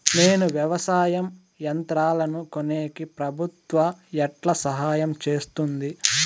నేను వ్యవసాయం యంత్రాలను కొనేకి ప్రభుత్వ ఎట్లా సహాయం చేస్తుంది?